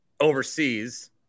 overseas